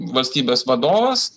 valstybės vadovas